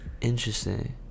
interesting